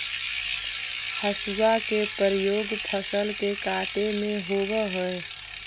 हसुआ के प्रयोग फसल के काटे में होवऽ हई